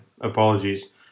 apologies